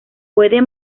puede